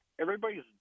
Everybody's